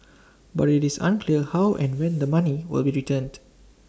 but IT is unclear how and when the money will be returned